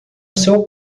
seu